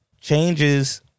changes